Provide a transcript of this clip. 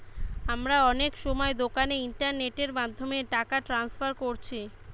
আমরা অনেক সময় দোকানে ইন্টারনেটের মাধ্যমে টাকা ট্রান্সফার কোরছি